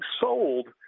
sold